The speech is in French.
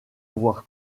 avoir